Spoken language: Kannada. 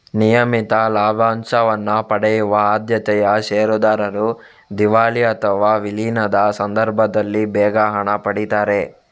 ನಿಯಮಿತ ಲಾಭಾಂಶವನ್ನ ಪಡೆಯುವ ಆದ್ಯತೆಯ ಷೇರುದಾರರು ದಿವಾಳಿ ಅಥವಾ ವಿಲೀನದ ಸಂದರ್ಭದಲ್ಲಿ ಬೇಗ ಹಣ ಪಡೀತಾರೆ